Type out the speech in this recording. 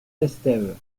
estève